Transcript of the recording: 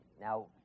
Now